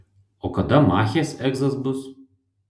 o kada machės egzas bus